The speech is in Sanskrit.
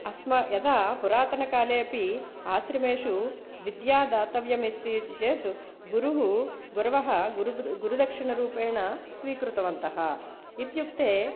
अस्माकं यदा पुरातनकालेऽपि आश्रमेषु विद्या दातव्यमिस्ति इति चेत् गुरुः गुरवः गुरुद् गुरुदक्षिणा रूपेण स्वीकृतवन्तः इत्युक्ते